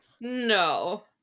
No